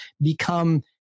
become